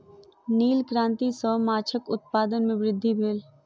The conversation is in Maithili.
नील क्रांति सॅ माछक उत्पादन में वृद्धि भेल